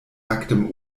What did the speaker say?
nacktem